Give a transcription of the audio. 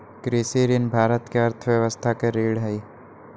कृषि ऋण भारत के अर्थव्यवस्था के रीढ़ हई